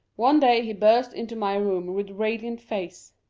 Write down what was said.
one day he burst into my room with radiant face.